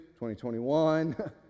2021